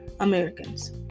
Americans